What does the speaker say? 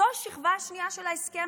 זו השכבה השנייה של ההסכם,